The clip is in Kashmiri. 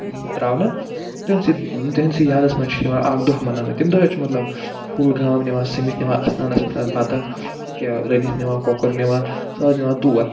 ترٛاونہٕ تٕہٕنٛدسٕے تِہِنٛدسٕے یادَس منٛز چھِ یِوان اَکھ دۄہ مناونہٕ تَمہِ دۄہ حظ چھِ مطلب فُل گام نِوان سٔمِتھ نِوان اَستانَس پٮ۪ٹھ بَتہٕ کیٚنٛہہ رٔنِتھ نِوان کۄکُر نِوان سُہ حظ نِوان تور